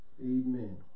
Amen